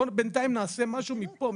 בואו בינתיים נעשה משהו מפה,